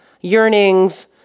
yearnings